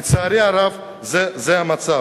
לצערי הרב, זה המצב.